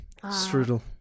Strudel